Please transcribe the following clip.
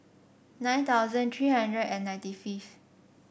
nine thousand three hundred and ninety fifth